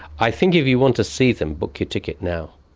i think if you want to see them, book your ticket now.